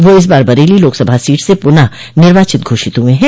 वह इस बार बरेली लोकसभा सीट से पुनः निर्वाचित घोषित हुए है